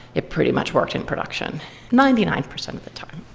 it pretty much worked in production ninety nine percent of the time.